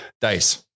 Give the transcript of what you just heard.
dice